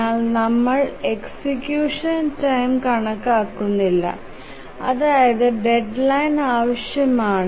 എന്നാൽ നമ്മൾ execution time കണക്കാക്കുന്നില്ല അതായത് ഡെഡ്ലൈൻ ആവശ്യമാണ്